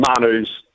Manu's